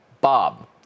bob